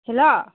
hello